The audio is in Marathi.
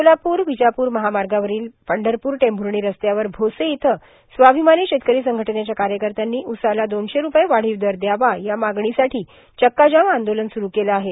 सोलापूर र्वावजापूर महामागावरोल पंढरपूर टभूर्णा रस्त्यावर भोसे इथं स्वर्गाभमानी शेतकरो संघटनेच्या कायंकत्यानी उसाला दोनशे रुपये वाढोव दर द्यावा या मागणीसाठों चक्काजाम आंदोलन सुरू केलं आहे